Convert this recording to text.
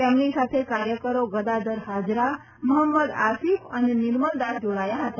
તેમની સાથે કાર્યકરો ગદાધર હાજરા મહંમદ આસીફ અને નિર્મલદાસ જોડાયા હતા